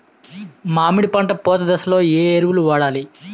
మామిడి పంట పూత దశలో ఏ ఎరువులను వాడాలి?